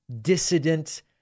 dissident